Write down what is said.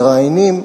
מראיינים,